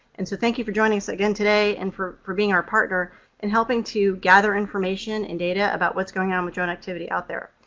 and so thank you for joining us again today and for for being our partner in helping to gather information and data about what's going on with drone activity out there.